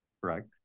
correct